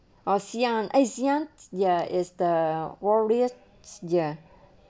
oh xian eh xian ya is the warriors ya